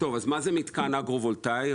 מה זה מתקן אגרו-וולטאי?